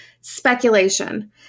speculation